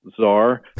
czar